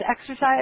exercise